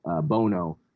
Bono